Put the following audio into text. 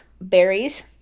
berries